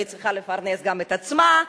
והיא צריכה לפרנס גם את עצמה.